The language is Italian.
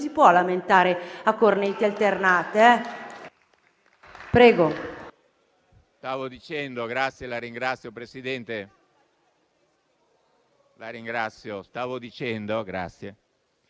si può lamentare a correnti alternate.